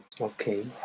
Okay